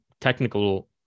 technical